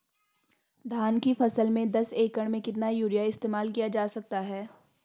धान की फसल में दस एकड़ में कितना यूरिया इस्तेमाल किया जा सकता है?